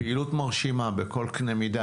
פעילות מרשימה בכל קנה מידה.